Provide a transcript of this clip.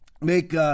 make